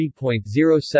3.07